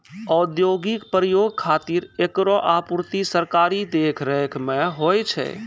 औद्योगिक प्रयोग खातिर एकरो आपूर्ति सरकारी देखरेख म होय छै